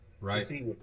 Right